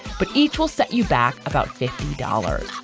but each will set you back about fifty dollars